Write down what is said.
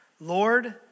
Lord